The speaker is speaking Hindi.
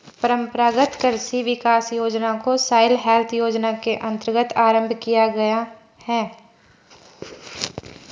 परंपरागत कृषि विकास योजना को सॉइल हेल्थ योजना के अंतर्गत आरंभ किया गया है